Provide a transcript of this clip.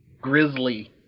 Grizzly